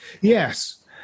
Yes